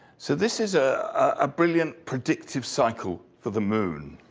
so this is a ah brilliant predictive cycle for the moon.